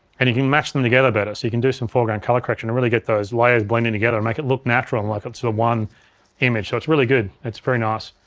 and you can match them together better. so you can do some foreground color correction and really get those layers blending together and make it look natural, and like it's the one image, so it's really good, it's very nice.